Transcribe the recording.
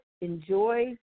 enjoy